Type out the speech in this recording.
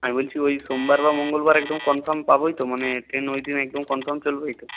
আমি বলছি ওই সোমবার বা মঙ্গলবার একদম কনফার্ম পাবোই তো মানে ট্রেন ওই দিন একদম কনফার্ম চলবেই তো